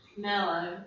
mellow